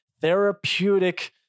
therapeutic